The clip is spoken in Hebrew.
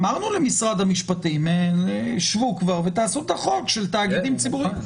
אמרנו למשרד המשפטים: שבו כבר ותעשו את החוק של תאגידים ציבוריים.